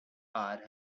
art